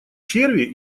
черви